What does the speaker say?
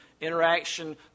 interaction